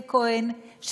חברי מאיר כהן,